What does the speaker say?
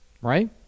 right